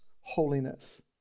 holiness